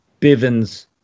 Bivens